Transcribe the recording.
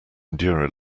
endure